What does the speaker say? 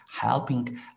helping